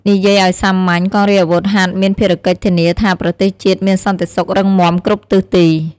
និយាយឲ្យសាមញ្ញ កងរាជអាវុធហត្ថមានភារកិច្ចធានាថាប្រទេសជាតិមានសន្តិសុខរឹងមាំគ្រប់ទិសទី។